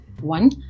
One